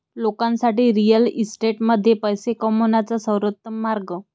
लोकांसाठी रिअल इस्टेटमध्ये पैसे कमवण्याचा सर्वोत्तम मार्ग